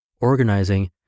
organizing